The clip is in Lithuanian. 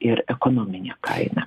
ir ekonominė kaina